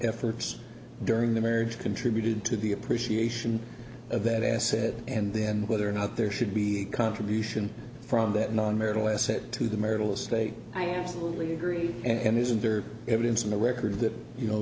efforts during the marriage contributed to the appreciation of that asset and then whether or not there should be a contribution from that non marital asset to the marital state i absolutely agree and isn't there evidence in the record that you know